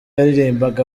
yaririmbaga